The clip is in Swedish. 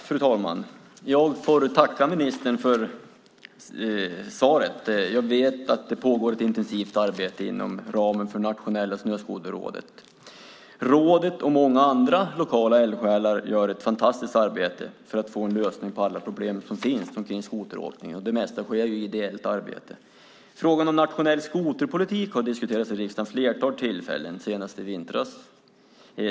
Fru talman! Jag får tacka ministern för svaret. Jag vet att det pågår ett intensivt arbete inom ramen för Nationella Snöskoterrådet. Rådet och många andra lokala eldsjälar gör ett fantastiskt arbete för att få en lösning på alla problem som finns kring skoteråkningen. Det mesta sker i ideellt arbete. Frågan om en nationell skoterpolitik har diskuterats i riksdagen vid ett flertal tillfällen, senast i vintras.